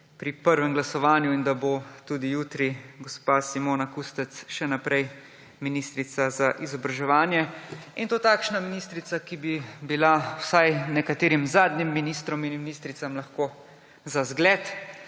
pri prvem glasovanju in da bo tudi jutri gospa Simona Kustec še naprej ministrica za izobraževanje, in to takšna ministrica, ki bi bila vsaj nekaterim zadnjim ministrov in ministricam lahko za zgled.